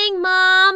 Mom